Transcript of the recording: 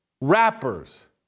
rappers